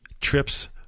trips